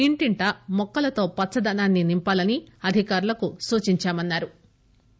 ఇంటింట మొక్కలతో పచ్చదనాన్ని నింపాలని అధికారులకు సూచించామన్నా రు